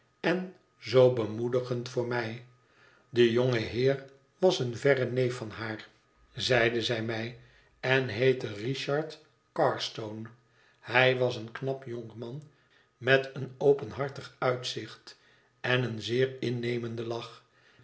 en zoo bemoedigend voor mij de jonge heer was een verre neef van haar zeide zij mij en heette richard carstone hij was een knap jonkman met een openhartig uitzicht en een zeer innemenden lach